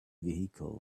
vehicles